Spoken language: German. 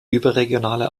überregionale